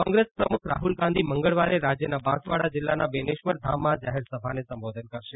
કોંગ્રેસ પ્રમુખ રાહ્લ ગાંધી મંગળવારે રાજ્યના બાંસવાડા જીલ્લાના બેનેશ્વર ધામમાં જાહેર સભાને સંબોધન કરશે